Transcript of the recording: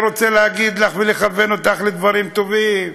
אני רוצה להגיד לך ולכוון אותך לדברים טובים.